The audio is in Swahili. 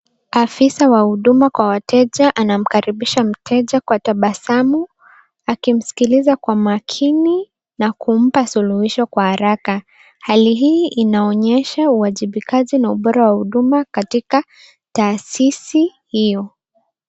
Afisa wa huduma kwa wateja anamkaribisha mteja kwa tabasamu, akimsikiliza kwa makini na kumpa suluhisho kwa haraka. Hali hii inaonyesha uwajibikaji na ubora wa huduma katika taasisi hio.